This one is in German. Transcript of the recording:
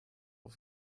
auf